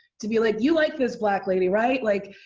to be like, you like this black lady, right? like,